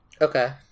okay